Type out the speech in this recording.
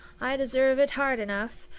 i deserve it hard enough.